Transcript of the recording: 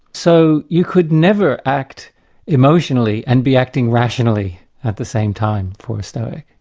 so you could never act emotionally and be acting rationally at the same time for a stoic.